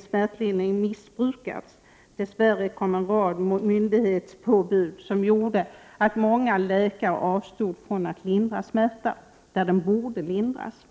smärtlindringen missbrukats. Dess värre kom en rad myndighetspåbud, som gjorde att många läkare avstod från att lindra smärta där den borde ha lindrats.